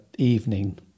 evening